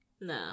No